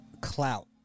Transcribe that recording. clout